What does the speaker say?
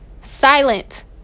Silent